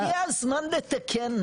אז הגיע הזמן לתקן,